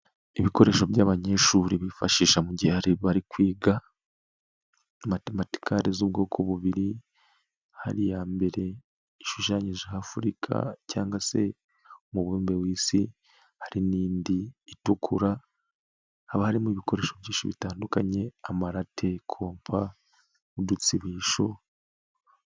Ibikoresho by'abanyeshuri bifashisha mu gihe bari kwiga na matematikali z'ubwoko bubiri, hari iya mbere ishushanyijeho Afurika cyangwa se umubumbe w'isi, hari n'indi itukura, haba harimo ibikoresho byinshi bitandukanye: amarate, kompa n'udutsidisho.